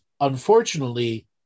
unfortunately